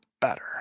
better